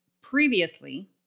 previously